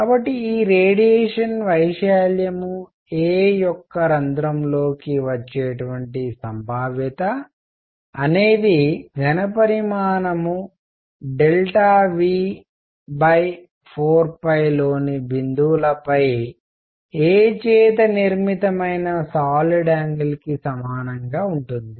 కాబట్టి ఈ రేడియేషన్ వైశాల్యం a యొక్క రంధ్రంలోకి వచ్చేటువంటి సంభావ్యత అనేది ఘణపరిమాణం V 4లోని బిందువు లపై a చేత నిర్మితమైన సాలిడ్ యాంగిల్కి సమానంగా ఉంటుంది